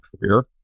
career